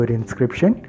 inscription